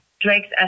Drake's